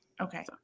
Okay